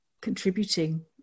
contributing